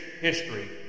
history